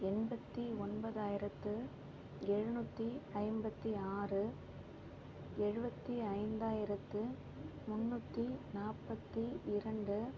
எண்பத்தி ஒன்பதாயிரத்து எழுநூற்றி ஐம்பத்தி ஆறு எழுபத்தி ஐந்தாயிரத்து முன்னூற்றி நாற்பத்தி இரண்டு